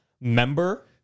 member